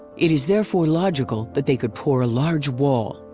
it is therefore logical that they could pour a large wall,